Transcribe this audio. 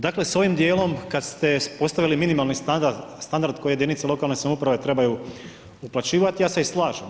Dakle, s ovim dijelom kad ste postavili minimalni standard, standard koji jedinice lokalne samouprave trebaju uplaćivati, ja se i slažem.